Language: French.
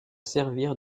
servir